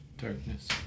darkness